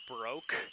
broke